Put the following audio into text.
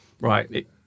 right